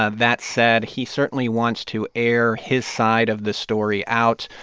ah that said, he certainly wants to air his side of the story out.